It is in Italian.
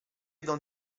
don